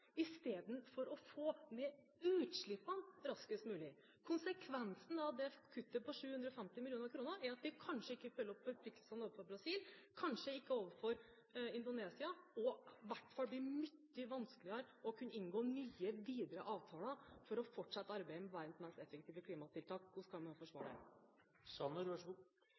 istedenfor å få ned utslippene raskest mulig. Konsekvensen av kuttet på 750 mill. kr er at vi kanskje ikke følger opp forpliktelsene overfor Brasil, kanskje ikke overfor Indonesia, og i hvert fall blir det mye vanskeligere å kunne inngå nye, videre avtaler for å fortsette arbeidet med verdens mest effektive klimatiltak. Hvordan skal man forsvare det?